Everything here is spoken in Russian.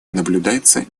наблюдается